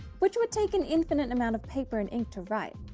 which would take an infinite amount of paper and ink to write,